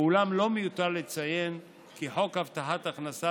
ואולם לא מיותר לציין כי חוק הבטחת הכנסה